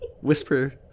whisper